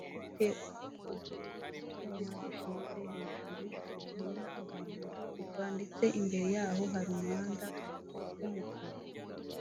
ifite utwuma dushinze hejuru turinda abantu kugwa, ndetse imbere yaho hari umuhanda w'umukara.